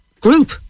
group